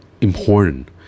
important